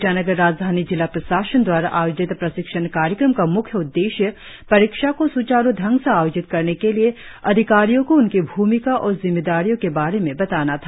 ईटानगर राजधानी जिला प्रशासन दवारा आयोजित प्रशिक्षण कार्यक्रम का म्ख्य उद्देश्य परीक्षा को स्चारु ढंग से आयोजित करने के लिए अधिकारियो को उनकी भूमिका और जिम्मेदारियों के बारे में बताना था